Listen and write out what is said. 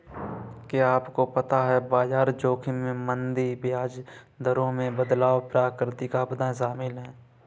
क्या आपको पता है बाजार जोखिम में मंदी, ब्याज दरों में बदलाव, प्राकृतिक आपदाएं शामिल हैं?